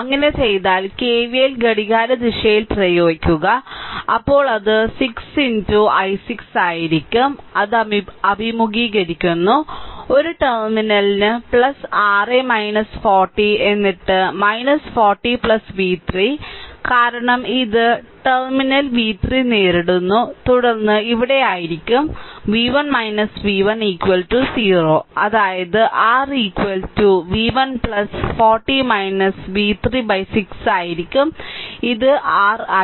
അങ്ങനെ ചെയ്താൽ കെവിഎൽ ഘടികാരദിശയിൽ പ്രയോഗിക്കുക അപ്പോൾ അത് 6 i6 ആയിരിക്കും അത് അഭിമുഖീകരിക്കുന്നു ഒരു ടെർമിനലിന് r 40 എന്നിട്ട് 40 v3 കാരണം ഇത് ടെർമിനൽ v 3 നേരിടുന്നു തുടർന്ന് ഇവിടെ ആയിരിക്കും v1 v1 0 അതായത് r അത് v1 40 v3 6 ആയിരിക്കും ഇത് r i